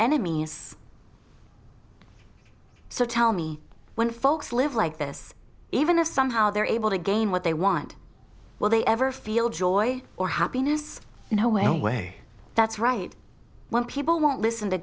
enemies so tell me when folks live like this even if somehow they're able to gain what they want will they ever feel joy or happiness you know anyway that's right when people won't listen to